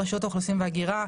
ברשות אוכלוסין והגירה,